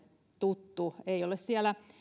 tuttu ei ole